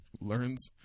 learns